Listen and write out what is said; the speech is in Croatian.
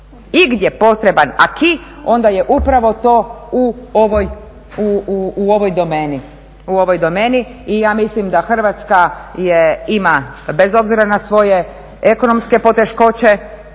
igdje potreban AK onda je upravo to u ovoj domeni, u ovoj domeni. I ja mislim da Hrvatska ima bez obzira na svoje ekonomske poteškoće